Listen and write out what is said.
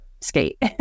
skate